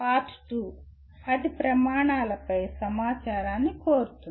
part 2 10 ప్రమాణాలపై సమాచారాన్ని కోరుతుంది